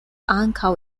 ankaŭ